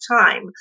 time